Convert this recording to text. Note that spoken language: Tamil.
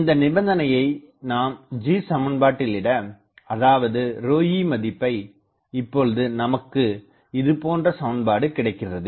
இந்த நிபந்தனையை நாம் G சமன்பாட்டில்இட அதாவது ρe மதிப்பை இப்பொழுது நமக்கு இதுபோன்ற சமன்பாடு கிடைக்கிறது